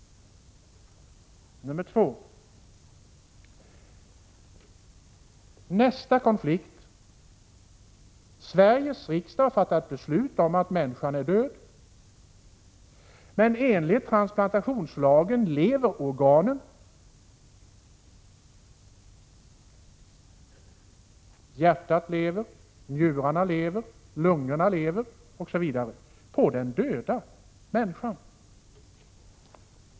2. Sveriges riksdag har fattat beslut om att människan är död, men enligt transplantationslagen lever organen. Hjärtat lever, njurarna lever, lungorna lever osv. — hos den döda människan. 3.